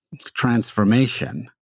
transformation